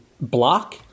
block